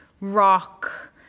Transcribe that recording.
rock